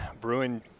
Bruin